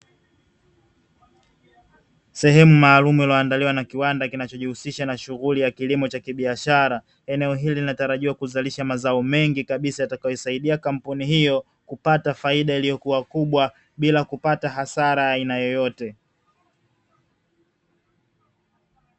Sehemu maalumu iliyoandaliwa na kiwanda kinachojihusisha na shughuli ya kilimo cha kibiashara, eneo hili linatarajiwa kuzalisha mazao mengi kabisa yatakayosaidia kampuni hiyo kupata faida iliyokua kubwa bila kupata hasara ya aina yoyote.